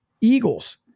Eagles